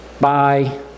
Bye